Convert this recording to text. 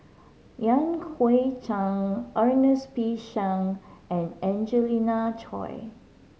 Yan Hui Chang Ernest P Shank and Angelina Choy